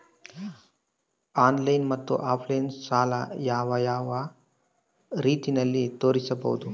Online ಮತ್ತೆ offline ಸಾಲ ಯಾವ ಯಾವ ರೇತಿನಲ್ಲಿ ತೇರಿಸಬಹುದು?